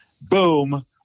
Boom